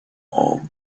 all